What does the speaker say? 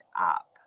up